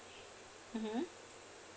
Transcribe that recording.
mmhmm